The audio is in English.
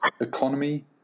economy